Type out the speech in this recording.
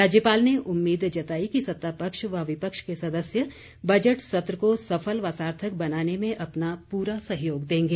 राज्यपाल ने उम्मीद जताई कि सत्ता पक्ष व विपक्ष के सदस्य बजट सत्र को सफल व सार्थक बनाने में अपना प्ररा सहयोग देंगे